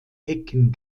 ecken